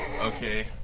Okay